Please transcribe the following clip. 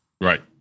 Right